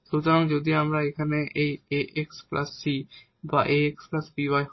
সুতরাং যদি আমাদের এখানে এই ax c বা ax by হয়